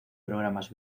programas